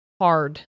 hard